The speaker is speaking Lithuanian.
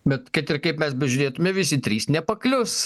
bet kad ir kaip mes bežiūrėtume visi trys nepaklius